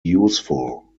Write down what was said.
useful